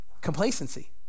Complacency